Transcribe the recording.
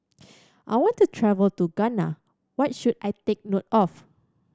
I want to travel to Ghana What should I take note of